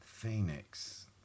Phoenix